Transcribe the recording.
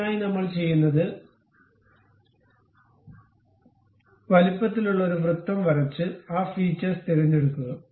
അതിനായി നമ്മൾ ചെയ്യുന്നത് ഏകപക്ഷീയമായ വലുപ്പത്തിലുള്ള ഒരു വൃത്തം വരച്ച് ആ ഫീച്ചേഴ്സ് തിരഞ്ഞെടുക്കുക